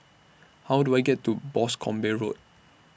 How Do I get to Boscombe Road